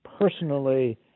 personally